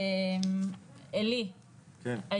אולי, אני לא מעריך שיקרה, אבל לנסות.